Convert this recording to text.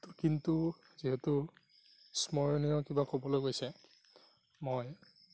ত' কিন্তু যিহেতু স্মৰণীয় কিবা ক'বলৈ কৈছে মই